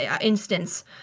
instance